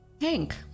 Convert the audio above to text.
Hank